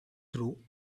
through